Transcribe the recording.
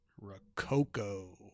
Rococo